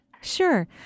Sure